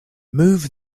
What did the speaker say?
move